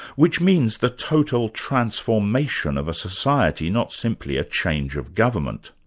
which means the total transformation of a society, not simply a change of government.